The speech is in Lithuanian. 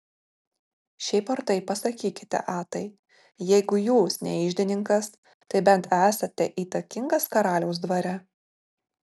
šiaip ar taip pasakykite atai jeigu jūs ne iždininkas tai bent esate įtakingas karaliaus dvare